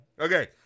Okay